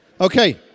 Okay